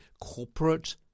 corporate